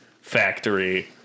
factory